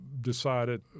decided